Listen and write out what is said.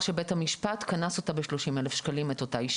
שבית המשפט קנס את אותה אישה ב-30,000 ₪.